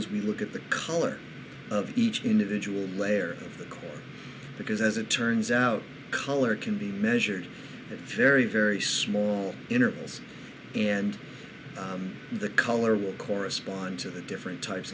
as we look at the color of each individual layer of the color because as it turns out color can be measured in very very small intervals and the color will correspond to the different types